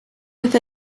with